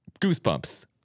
Goosebumps